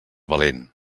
valent